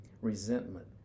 resentment